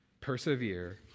persevere